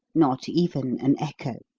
not even an echo.